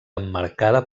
emmarcada